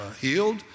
healed